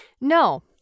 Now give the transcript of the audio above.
no